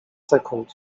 sekund